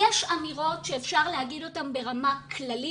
יש אמירות שאפשר להגיד אותן ברמה כללית